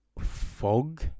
Fog